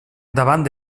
davant